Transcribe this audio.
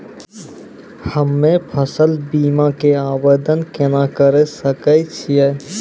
हम्मे फसल बीमा के आवदेन केना करे सकय छियै?